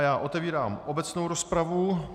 Já otevírám obecnou rozpravu.